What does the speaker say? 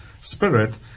spirit